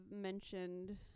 mentioned